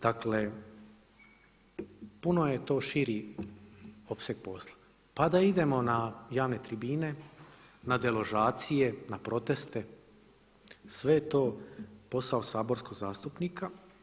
Dakle puno je to širi opseg posla pa da idemo na javne tribine, na deložacije, na proteste, sve je to posao saborskog zastupnika.